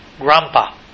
grandpa